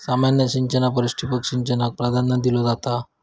सामान्य सिंचना परिस ठिबक सिंचनाक प्राधान्य दिलो जाता